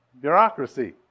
bureaucracy